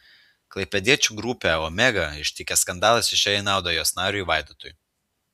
klaipėdiečių grupę omega ištikęs skandalas išėjo į naudą jos nariui vaidotui